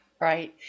Right